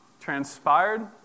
transpired